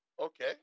Okay